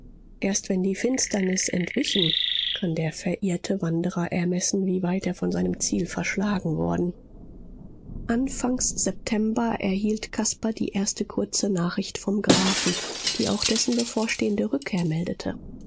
erst wenn die finsternis entwichen kann der verirrte wanderer ermessen wie weit er von seinem ziel verschlagen worden anfangs september erhielt caspar die erste kurze nachricht vom grafen die auch dessen bevorstehende rückkehr meldete